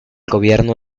gobierno